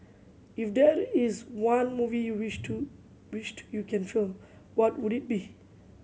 if there is one movie you wished to wished you can film what would it be